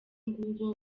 nguwo